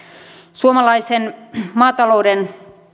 suomalaisen maatalouden